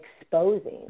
exposing